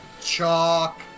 Chalk